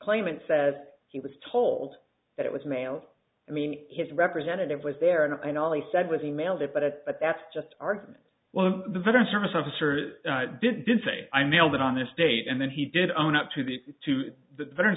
claimant says he was told that it was mailed i mean his representative was there and i know he said was he mailed it but but that's just argument one of the veteran service officers did did say i mailed it on this date and then he did own up to the to the veteran